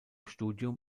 studium